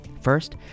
First